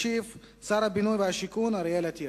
ישיב שר הבינוי והשיכון אריאל אטיאס.